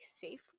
safe